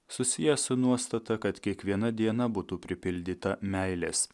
susiję su nuostata kad kiekviena diena būtų pripildyta meilės